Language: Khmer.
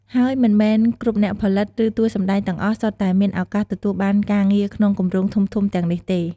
ហើយមិនមែនគ្រប់អ្នកផលិត ឬតួសម្ដែងទាំងអស់សុទ្ធតែមានឱកាសទទួលបានការងារក្នុងគម្រោងធំៗទាំងនេះទេ។